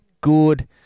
good